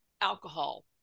alcohol